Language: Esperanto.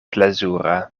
plezura